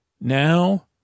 now